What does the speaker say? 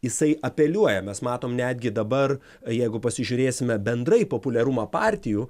jisai apeliuoja mes matom netgi dabar jeigu pasižiūrėsime bendrai populiarumą partijų